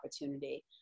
opportunity